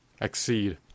exceed